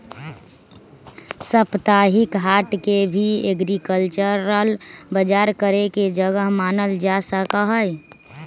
साप्ताहिक हाट के भी एग्रीकल्चरल बजार करे के जगह मानल जा सका हई